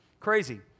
Crazy